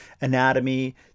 anatomy